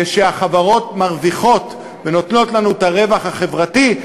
כשהחברות מרוויחות ונותנות לנו את הרווח החברתי,